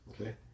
Okay